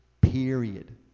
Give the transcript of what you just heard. period